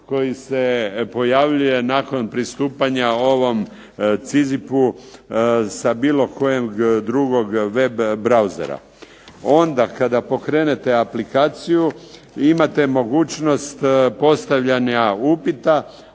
koji se pojavljuje nakon pristupanja ovom …/Govornik se ne razumije./… sa bilo kojeg drugog web browsera. Onda kada pokrenete aplikaciju imate mogućnost postavljanja upita,